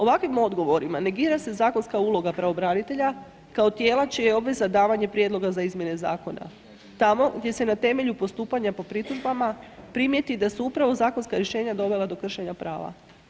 Ovakvim odgovorima negira se zakonska uloga pravobranitelja kao tijela čija je obveza davanje prijedloga za izmjene zakona tamo gdje se na temelju postupanja po pritužbama primijeti da su upravo zakonska rješenja dovela do kršenja prava.